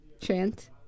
chant